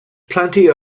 plenty